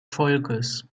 volkes